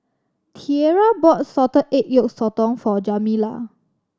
Tierra bought salted egg yolk sotong for Jamila